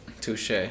Touche